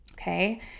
Okay